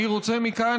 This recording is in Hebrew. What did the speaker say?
אני רוצה מכאן,